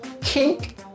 kink